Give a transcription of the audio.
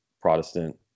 Protestant